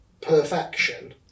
perfection